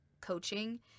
coaching